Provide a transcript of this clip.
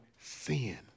sin